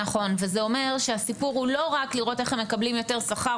נכון וזה אומר שהסיפור הוא לא רק לראות שהם מקבלים יותר שכר,